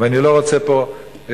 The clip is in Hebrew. ואני לא רוצה פה חרדים.